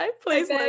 please